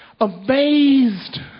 amazed